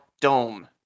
dome